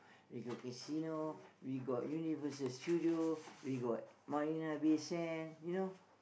we got casino we got Universal-Studio we got Marina-Bay-Sand